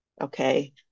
okay